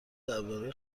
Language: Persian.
درباره